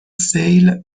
سیل